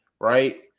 right